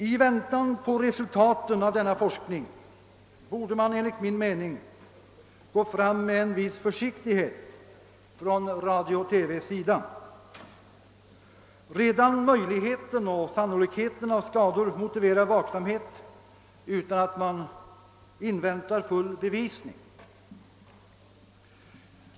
I väntan på resultatet av denna forskning borde radio-TV enligt min mening gå fram med en viss försiktighet. Redan möjligheten och sannolikheten för skador motiverar vaksamhet utan att man inväntar full bevisning.